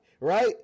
right